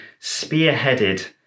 spearheaded